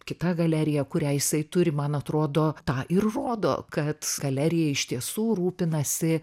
kita galerija kurią jisai turi man atrodo tą ir rodo kad galerija iš tiesų rūpinasi